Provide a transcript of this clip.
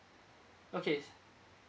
okay